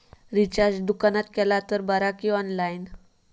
Recharge दुकानात केला तर बरा की ऑनलाइन?